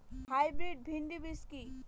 Hybrid ভীন্ডি বীজ কি?